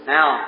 Now